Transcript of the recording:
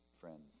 friends